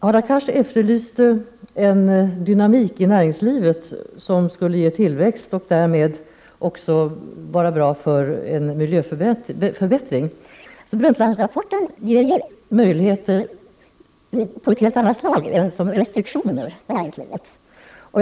Hadar Cars efterlyste en dynamik i näringslivet som skulle ge tillväxt och därmed också vara bra för en miljöförbättring. Brundtlandrapporten ger ju möjligheter av ett helt annat slag än restriktioner för näringslivet.